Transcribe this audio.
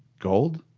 gold?